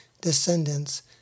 descendants